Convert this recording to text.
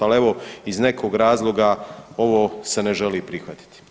Ali evo iz nekog razloga ovo se ne želi prihvatiti.